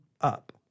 up